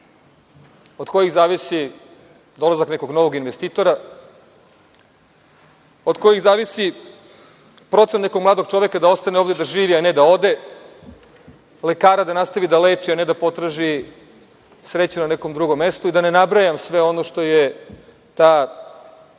od kojih zavisi dolazak nekog novog investitora, od kojih zavisi procena nekog mladog čoveka da ostane ovde da živi, a ne da ode, lekara da nastavi da leči, a ne da potraži sreću na nekom drugom mestu, i da ne nabrajam sve ono što je ta